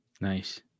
Nice